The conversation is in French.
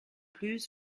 plus